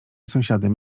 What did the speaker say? sąsiadem